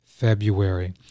February